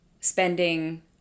spending